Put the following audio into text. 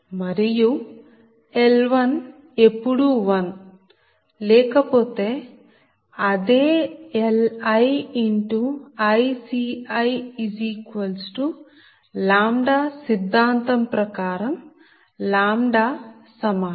మరియు L1 ఎప్పుడూ 1 లేకపోతే అదే Li x ICi λ సిద్ధాంతం ప్రకారం సమానం